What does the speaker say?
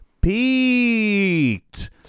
Pete